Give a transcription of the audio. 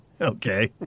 Okay